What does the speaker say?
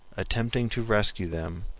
attempting to rescue them,